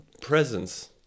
presence